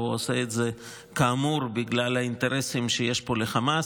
היא עושה את זה כאמור בגלל האינטרסים שיש פה לחמאס,